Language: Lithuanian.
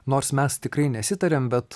nors mes tikrai nesitarėm bet